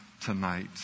tonight